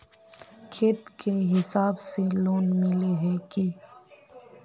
खेत के हिसाब से लोन मिले है की?